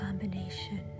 combination